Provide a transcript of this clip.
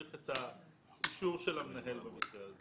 צריך את האישור של המנהל בנושא הזה.